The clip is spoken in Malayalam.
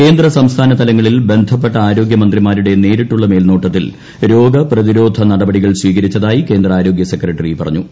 കേന്ദ്ര സംസ്ഥാന തലങ്ങളിൽ ബന്ധപ്പെട്ട ആരോഗൃമന്ത്രിമാരുടെ നേരിട്ടുളള മേൽനോട്ടത്തിൽ രോഗ പ്രതിരോധ നടപടികൾ സ്വീകരിച്ചതായി കേന്ദ്ര ആരോഗ്യ സെക്രട്ടറി പറഞ്ഞു